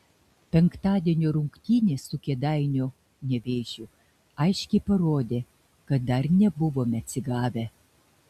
penktadienio rungtynės su kėdainių nevėžiu aiškiai parodė kad dar nebuvome atsigavę